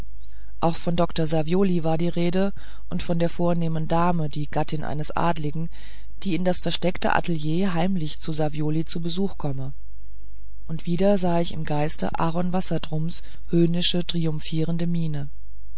auch von dr savioli war die rede und von der vornehmen dame der gattin eines adeligen die in das versteckte atelier heimlich zu savioli zu besuch komme und wiederum sah ich im geiste aaron wassertrums höhnische triumphierende miene